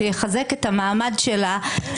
שיחזק את המעמד של הכנסת,